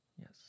Yes